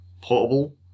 Portable